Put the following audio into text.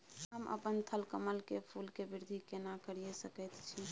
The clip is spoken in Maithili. हम अपन थलकमल के फूल के वृद्धि केना करिये सकेत छी?